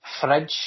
Fridge